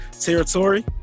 territory